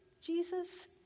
Jesus